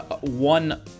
one